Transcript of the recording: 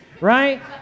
right